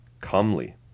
Comely